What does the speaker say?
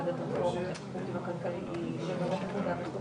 על שימוש חורג והקלה יש היטל השבחה.